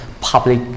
public